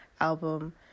album